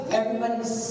everybody's